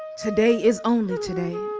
today is only today.